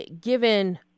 Given